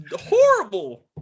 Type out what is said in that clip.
horrible